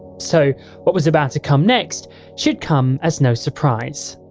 so what was about to come next should come as no surprise.